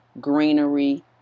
greenery